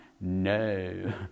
No